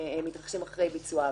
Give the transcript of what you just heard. שמתרחשים אחרי ביצוע העבירה.